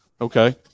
okay